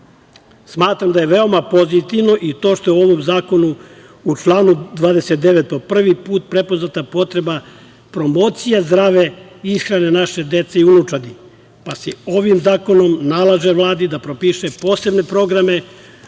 da je veoma pozitivno i to što je u ovom zakonu u članu 29. prvi put prepoznata potreba promocija zdrave ishrane naše dece i unučadi, pa se ovim zakonom nalaže Vladi da propiše posebne programe